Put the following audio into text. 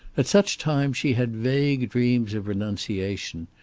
at such times she had vague dreams of renunciation.